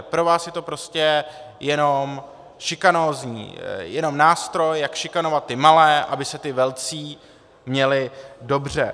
Pro vás je to prostě jenom šikanózní, jenom nástroj, jak šikanovat ty malé, aby se ti velcí měli dobře.